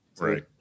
Right